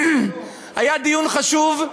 שהיה דיון חשוב,